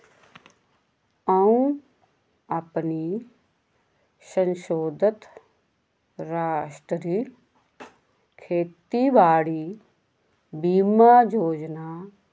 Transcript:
अ'ऊं अपनी संशोधत राश्ट्री खेती बाड़ी बीमा योजना